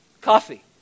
Coffee